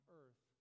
earth